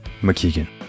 McKeegan